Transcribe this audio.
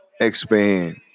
expand